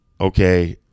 Okay